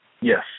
Yes